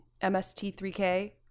MST3K